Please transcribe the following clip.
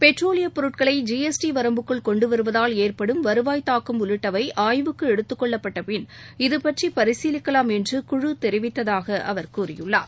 பெட்ரோலியப் பொருட்களை G S T வரம்புக்குள் கொண்டு வருவதால் ஏற்படும் வருவாய் தாக்கம் உள்ளிட்டவை ஆய்வுக்கு எடுத்துக் கொள்ளப்பட்ட பின் இது பற்றி பரிசீலிக்கலாம் என்று குழு தெரிவித்ததாக அவர் தெரிவித்துள்ளார்